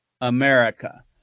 America